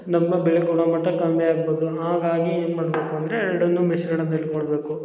ನಮ್ಮ ಬೆಳೆ ಗುಣಮಟ್ಟ ಕಮ್ಮಿ ಆಗ್ಬೋದು ಹಾಗಾಗಿ ಏನು ಮಾಡ್ಬೇಕು ಅಂದರೆ ಎರಡನ್ನೂ ಮಿಶ್ರಣದಲ್ಲಿ ಕೊಡಬೇಕು